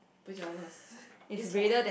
pajamas it's like